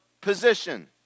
position